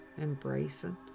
embracing